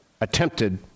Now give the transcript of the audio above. attempted